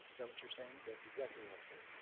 that what you're saying? that's exactly what i'm saying.